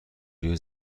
روی